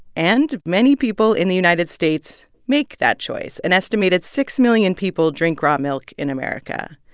and many people in the united states make that choice. an estimated six million people drink raw milk in america,